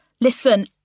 listen